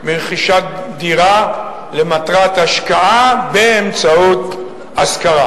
לייצוגן של נשים ממגוון קבוצות האוכלוסייה.